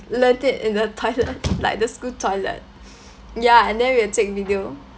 learn it in the toilet like the school toilet ya and then we'll take video